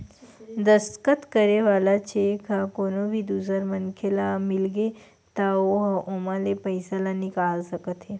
दस्कत करे वाला चेक ह कोनो भी दूसर मनखे ल मिलगे त ओ ह ओमा ले पइसा ल निकाल सकत हे